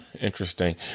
Interesting